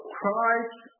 Christ